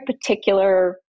particular